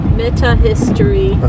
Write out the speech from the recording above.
meta-history